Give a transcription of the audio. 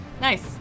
nice